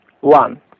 one